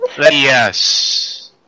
Yes